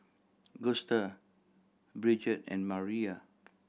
Gusta Bridget and Mariah